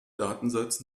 datensatz